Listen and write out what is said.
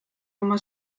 oma